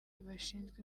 bashinzwe